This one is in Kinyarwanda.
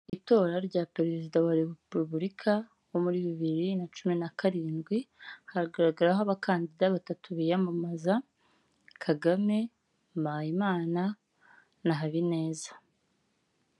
Ahantu ku muhanda hashinze imitaka ibiri umwe w'umuhondo n'undi w'umutuku gusa uw'umuhonda uragaragaramo ibirango bya emutiyeni ndetse n'umuntu wicaye munsi yawo wambaye ijiri ya emutiyeni ndetse n'ishati ari guhereza umuntu serivise usa n'uwamugannye uri k'umwaka serivise arimo aramuha telefone ngendanwa. Hakurya yaho haragaragara abandi bantu barimo baraganira mbese bari munsi y'umutaka w'umutuku.